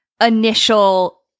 initial